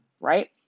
right